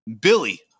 Billy